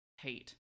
hate